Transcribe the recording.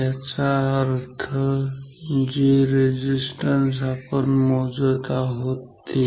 याचा अर्थ जे रेझिस्टन्स आपण मोजत आहोत ते